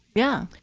yeah.